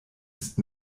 ist